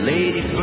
Lady